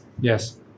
yes